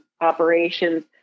operations